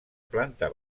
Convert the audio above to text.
planta